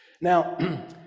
Now